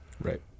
Right